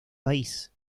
país